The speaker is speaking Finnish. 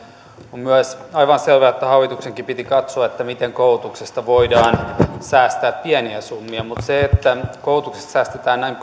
on myös aivan selvää että hallituksenkin piti katsoa miten koulutuksesta voidaan säästää pieniä summia mutta se että koulutuksesta säästetään näin